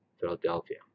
Philadelphia